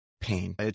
pain